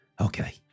Okay